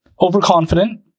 overconfident